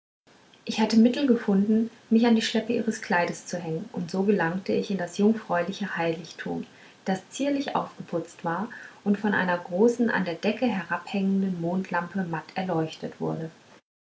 ich hatte mittel gefunden mich an die schleppe ihres kleides zu hängen und so gelangte ich in das jungfräuliche heiligtum das zierlich aufgeputzt war und von einer großen an der decke herabhängenden mondlampe matt erleuchtet wurde